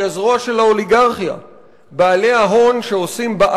היא הזרוע של האוליגרכיה,